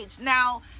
Now